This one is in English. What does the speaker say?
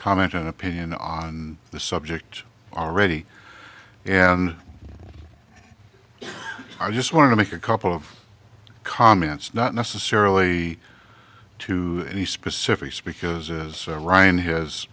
comment on opinion on the subject already and i just want to make a couple of comments not necessarily to any specifics because as ryan has